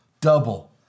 Double